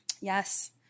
Yes